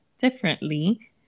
Differently